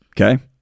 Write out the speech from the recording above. Okay